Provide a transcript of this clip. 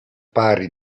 pari